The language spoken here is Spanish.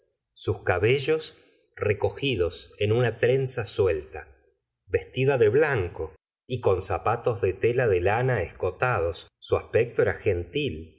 sus cabellos recogidos en una trenza suelta vestida de la señora de bovary blanco y con zapatos de tela de lana escotad su aspecto era gentil